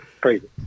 crazy